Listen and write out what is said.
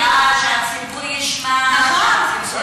שהציבור ישמע, נכון.